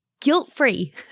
guilt-free